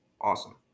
Awesome